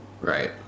Right